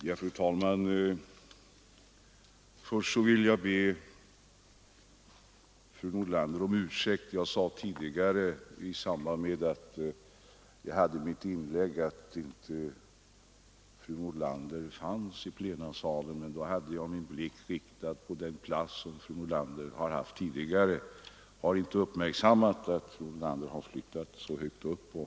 Fru talman! Jag vill be fru Nordlander om ursäkt. Jag sade i mitt tidigare inlägg att fru Nordlander inte var närvarande i plenisalen. Jag hade då min blick riktad på den plats som fru Nordlander tidigare hade. Jag har inte uppmärksammat att fru Nordlander flyttat så högt upp i salen.